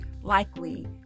likely